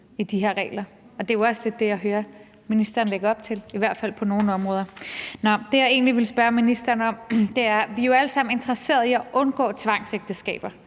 af de her regler, og det er jo også lidt det, jeg hører ministeren lægge op til, i hvert fald på nogle områder. Nå, det, jeg egentlig vil spørge ministeren om, vedrører de tal – i forbindelse med at vi jo alle sammen er interesserede i at undgå tvangsægteskaber